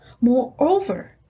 Moreover